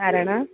ആരാണ്